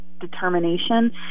determination